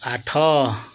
ଆଠ